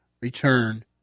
return